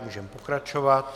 Můžeme pokračovat.